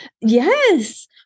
Yes